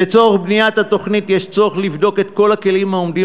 לצורך בניית התוכנית יש צורך לבדוק את כל הכלים העומדים